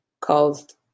caused